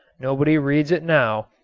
nobody reads it now.